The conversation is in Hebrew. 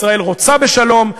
ישראל רוצה בשלום.